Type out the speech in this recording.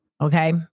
Okay